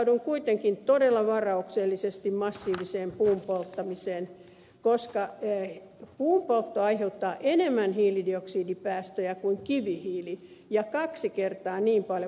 suhtaudun kuitenkin todella varauksellisesti massiiviseen puun polttamiseen koska puun poltto aiheuttaa enemmän hiilidioksidipäästöjä kuin kivihiili ja kaksi kertaa niin paljon kuin maakaasu